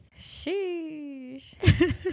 Sheesh